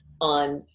on